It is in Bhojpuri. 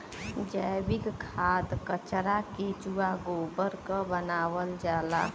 जैविक खाद कचरा केचुआ गोबर क बनावल जाला